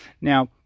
Now